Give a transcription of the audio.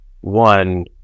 one